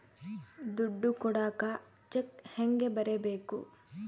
ದುಡ್ಡು ಕೊಡಾಕ ಚೆಕ್ ಹೆಂಗ ಬರೇಬೇಕು?